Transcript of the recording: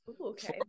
Okay